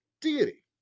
deity